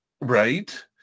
Right